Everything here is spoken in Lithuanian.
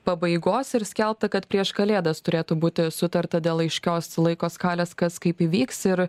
pabaigos ir skelbta kad prieš kalėdas turėtų būti sutarta dėl aiškios laiko skalės kas kaip įvyks ir